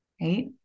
right